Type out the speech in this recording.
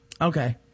okay